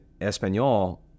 Espanol